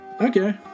Okay